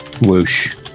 Whoosh